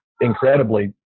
incredibly